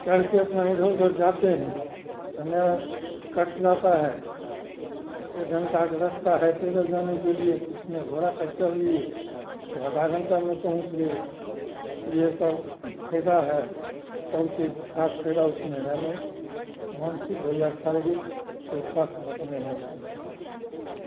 चढ़ के अपना इधर उधर जाते हैं समय कट जाता है एक घंटा का रस्ता है पैदल जाने के लिये उसमें घोड़ा पर चढ़ लिये तो आधा घंटा में पहुँच गए ये सब फायदा है और कोई खास फ़ायदा उसमें है नहीं मानसिक हो या शारीरिक कोई खास बात ने है उसमें